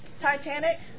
Titanic